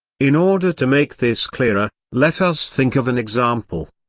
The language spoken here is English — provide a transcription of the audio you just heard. in order to make this clearer, let us think of an example.